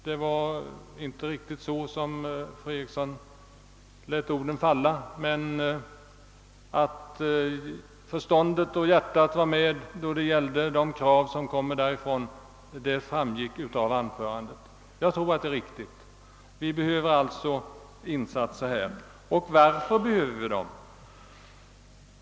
Fru Eriksson uttryckte sig inte riktigt på det sättet, men att det låg förstånd och hjärta bakom dessa krav framgick av hennes anförande. Och det tror jag är riktigt. Vi behöver de insatserna. Varför behöver vi dem?